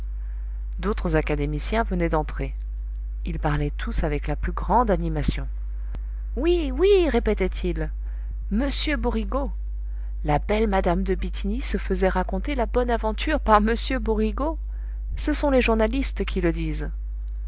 d'autres académiciens venaient d'entrer ils parlaient tous avec la plus grande animation oui oui répétaient ils m borigo la belle mme de bithynie se faisait raconter la bonne aventure par m borigo ce sont les journalistes qui le disent